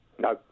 No